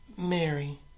Mary